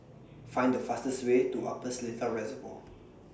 Find The fastest Way to Upper Seletar Reservoir